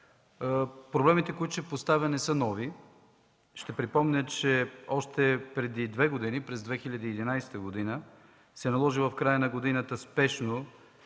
Проблемите, които ще поставя, не са нови. Ще припомня, че още преди две години – през 2011 г., се наложи в края на годината спешно,